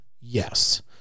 Yes